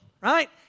right